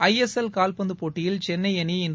ISL காவ்பந்து போட்டியில் சென்னை அணி இன்று